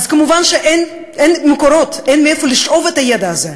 וכמובן שאין מקורות, אין מאיפה לשאוב את הידע הזה.